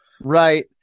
Right